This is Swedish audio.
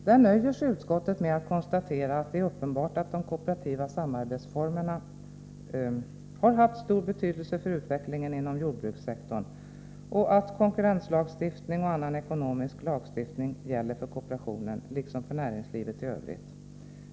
Där nöjer sig utskottet med att konstatera att det är uppenbart att de kooperativa samarbetsformerna har haft stor betydelse för utvecklingen inom jordbrukssektorn samt att konkurrenslagstiftning och annan ekonomisk lagstiftning gäller för kooperationen liksom för näringslivet i övrigt.